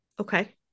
Okay